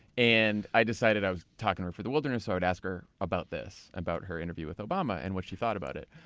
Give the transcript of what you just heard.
and i decided, i was talking to her for the wilderness, i would ask her about this, about her interview with obama and what she thought about it.